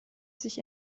sich